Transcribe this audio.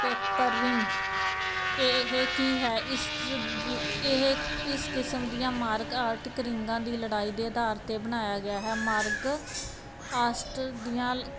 paper ring ਇਹ ਕੀ ਹੈ ਇਸ ਇਹ ਇਸ ਕਿਸਮ ਦੀਆਂ ਮਾਰਕ ਆਰਟ ਰਿੰਗਾ ਦੀ ਲੜਾਈ ਦੇ ਆਧਾਰ ਤੇ ਬਣਾਇਆ ਗਿਆ ਹੈ ਮਾਰਕ ਆਸਟ ਦੀਆਂ